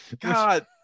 God